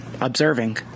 observing